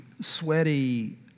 sweaty